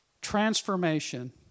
transformation